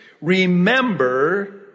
remember